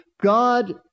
God